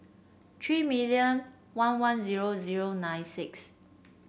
three million one one zero zero nine six